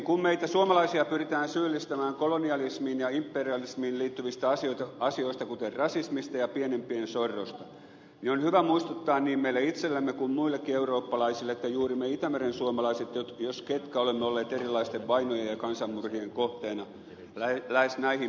kun meitä suomalaisia pyritään syyllistämään kolonialismiin ja imperialismiin liittyvistä asioista kuten rasismista ja pienempien sorrosta niin on hyvä muistuttaa niin meille itsellemme kuin muillekin eurooppalaisille että juuri me itämerensuomalaiset jos ketkä olemme olleet erilaisten vainojen ja kansanmurhien kohteena lähes näihin päiviin asti